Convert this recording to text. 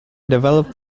developed